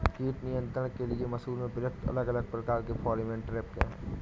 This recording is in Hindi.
कीट नियंत्रण के लिए मसूर में प्रयुक्त अलग अलग प्रकार के फेरोमोन ट्रैप क्या है?